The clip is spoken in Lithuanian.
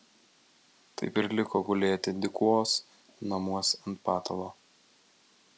taip ir liko gulėti dykuos namuos ant patalo